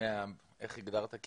איך הגדרת אותי?